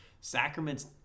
Sacraments